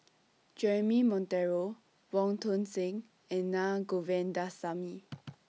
Jeremy Monteiro Wong Tuang Seng and Naa Govindasamy